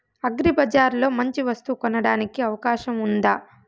అగ్రిబజార్ లో మంచి వస్తువు కొనడానికి అవకాశం వుందా?